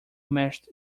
mashed